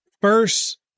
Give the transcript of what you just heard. first